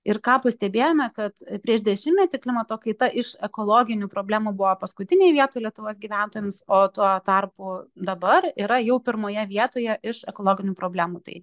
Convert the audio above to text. ir ką pastebėjome kad prieš dešimtmetį klimato kaita iš ekologinių problemų buvo paskutinėj vietoj lietuvos gyventojams o tuo tarpu dabar yra jau pirmoje vietoje iš ekologinių problemų tai